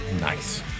Nice